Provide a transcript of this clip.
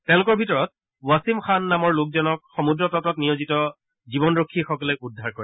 তেওঁলোকৰ ভিতৰত ৱাছিম খান নামৰ লোকজনক সমুদ্ৰ তটত নিয়োজিত জীৱনৰক্ষীসকলে উদ্ধাৰ কৰে